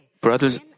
Brothers